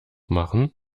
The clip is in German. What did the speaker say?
machen